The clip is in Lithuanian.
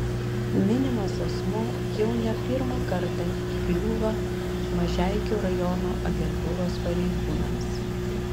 minimas asmuo jau ne pirmą kartą įkliūva mažeikių rajono agentūros pareigūnams